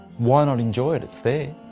why not enjoy it? it's there.